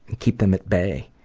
and keep them at bay.